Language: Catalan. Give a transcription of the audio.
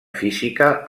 física